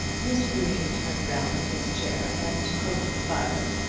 mr. green turned round his chair and poked the fire,